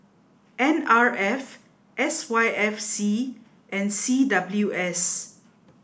N R F S Y F C and C W S